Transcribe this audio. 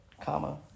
Comma